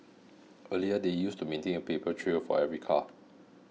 earlier they used to maintain a paper trail for every car